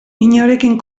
inorekin